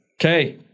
Okay